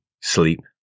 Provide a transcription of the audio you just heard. sleep